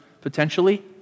Potentially